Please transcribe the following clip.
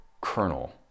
kernel